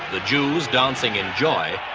the jews dancing in joy,